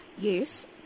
Yes